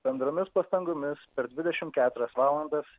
bendromis pastangomis per dvidešim keturias valandas